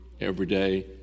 everyday